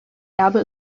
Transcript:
erbe